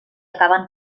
acaben